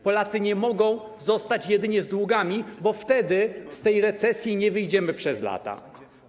Polacy nie mogą zostać jedynie z długami, bo wtedy z tej recesji nie wyjdziemy przez lata.